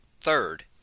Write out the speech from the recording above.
Third